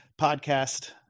Podcast